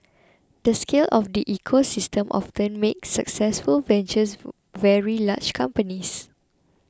the scale of the ecosystem often makes successful ventures very large companies